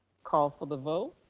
call for the vote.